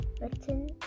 written